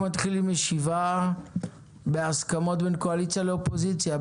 אנחנו מתחילים ישיבה בהסכמות בין קואליציה לאופוזיציה,